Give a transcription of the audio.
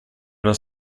una